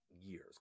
years